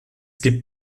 gibt